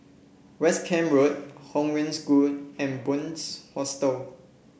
West Camp Road Hong Wen School and Bunc Hostel